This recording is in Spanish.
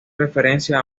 referencia